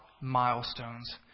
milestones